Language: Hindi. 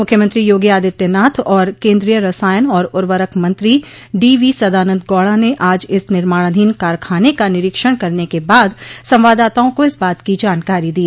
मुख्यमंत्री योगी आदित्यनाथ और केन्द्रीय रसायन और उरर्वक मंत्री डी वी सदानन्द गौडा ने आज इस निमार्णाधीन कारखाने का निरीक्षण करने के बाद संवाददाताओं को इस बात की जानकारी दी